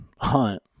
hunt